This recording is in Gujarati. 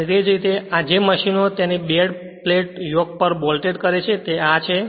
અને જે રીતે આ જે મશીનને તેની બેડ પ્લેટ યોક પર બોલ્ટેડ કરે છે તે આ છે